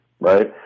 right